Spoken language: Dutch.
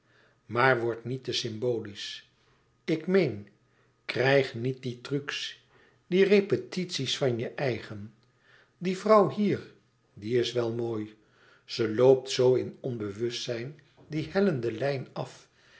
maar word niet te symbolistisch ik meen krijg niet die trucs die repetities van je eigen die vrouw hier die is wel mooi ze loopt zoo in onbewust zijn die hellende lijn af